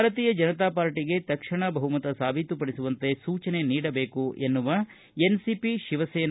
ಭಾರತೀಯ ಜನತಾ ಪಾರ್ಟಿಗೆ ತಕ್ಷಣ ಬಹುಮತ ಸಾಬೀತುಪಡಿಸುವಂತೆ ಸೂಚನೆ ನೀಡಬೇಕು ಎನ್ನುವ ಎನ್ಸಿಪಿ ಶಿವಸೇನಾ